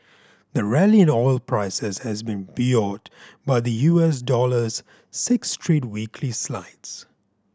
the rally in oil prices has been buoyed by the U S dollar's six straight weekly slides